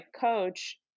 coach